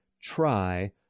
try